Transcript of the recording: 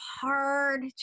hard